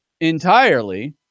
entirely